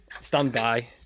Standby